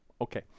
Okay